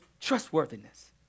trustworthiness